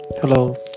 Hello